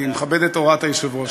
אני מכבד את הוראת היושב-ראש,